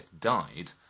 died